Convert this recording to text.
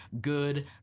good